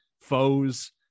foes